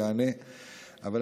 הוא יענה,